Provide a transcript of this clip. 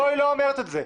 לא, היא לא אומרת את זה.